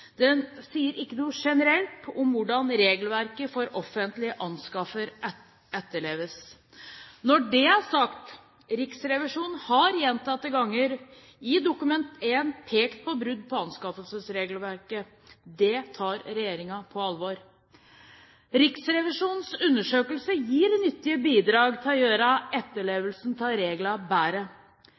Den sier ikke noe generelt om hvordan regelverket for offentlige anskaffelser etterleves. Når det er sagt, har Riksrevisjonen gjentatte ganger i Dokument 1 pekt på brudd på anskaffelsesregelverket. Det tar regjeringen på alvor. Riksrevisjonens undersøkelse gir et nyttig bidrag til å gjøre etterlevelsen av reglene bedre.